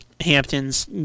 Hamptons